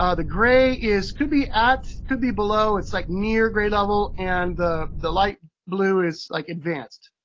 ah the gray is, could be at, could be below, it's like near grade level. and the the light blue is like advanced.